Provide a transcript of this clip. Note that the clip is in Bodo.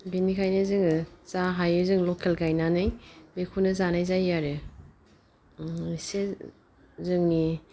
बिनिखायनो जोङो जा हायो जों लकेल गायनानै बेखौनो जानाय जायो आरो इसे जोंनि